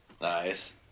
nice